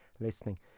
listening